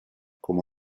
come